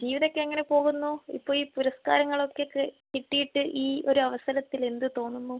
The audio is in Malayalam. ജീവിതം ഒക്കെ എങ്ങനെ പോകുന്നു ഇപ്പോൾ ഈ പുരസ്ക്കാരങ്ങളൊക്കെ ക് കിട്ടിയിട്ട് ഈ ഒരു അവസരത്തിൽ എന്ത് തോന്നുന്നു